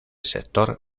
sector